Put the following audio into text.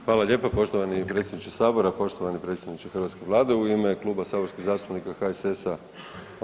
Hvala lijepo poštovani predsjedniče Sabora, poštovani predsjedniče hrvatske Vlade, u ime Kluba saborskih zastupnika HSS-a …… [[Upadica sa strane, ne razumije se.]] Molim?